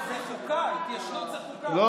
אבו שחאדה (הרשימה המשותפת): ועדה לביטחון פנים.